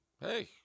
hey